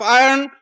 iron